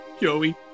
Joey